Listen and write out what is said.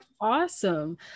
awesome